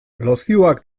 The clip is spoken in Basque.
lozioak